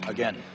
Again